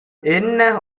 என்ன